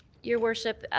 your worship, ah